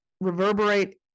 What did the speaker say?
reverberate